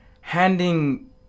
handing